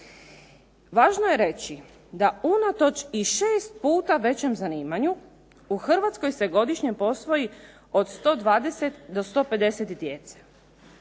Važno je reći da unatoč i 6 puta većem zanimanju u Hrvatskoj se godišnje posvoji od 120 do 150 djece.